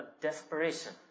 desperation